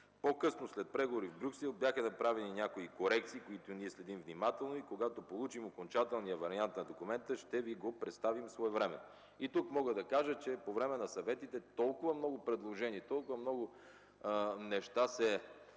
По-късно, след преговори в Брюксел, бяха направени някои корекции. Ние ги следим внимателно и когато получим окончателния вариант на документа, ще Ви го представим своевременно. Тук мога да кажа, че по време на съветите толкова много предложения се правят, че ако